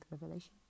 revelation